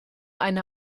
eine